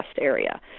area